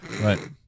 Right